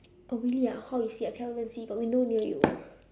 oh really ah how you see I cannot even see got window near you